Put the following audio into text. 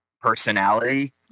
personality